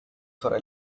for